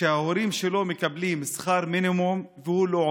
שההורים שלו מקבלים שכר מינימום והוא לא עובד?